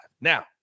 Now